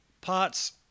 parts